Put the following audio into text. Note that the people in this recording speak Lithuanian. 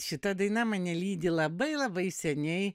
šita daina mane lydi labai labai seniai